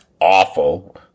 Awful